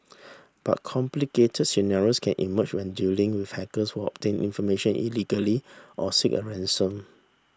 but complicated scenarios can emerge when dealing with hackers who obtain information illegally or seek a ransom